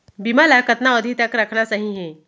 बीमा ल कतना अवधि तक रखना सही हे?